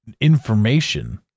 information